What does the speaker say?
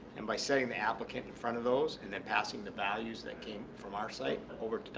and by setting the applicant in front of those and then passing the values that came from our site over